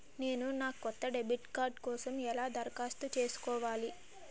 నేను నా కొత్త డెబిట్ కార్డ్ కోసం ఎలా దరఖాస్తు చేసుకోవాలి?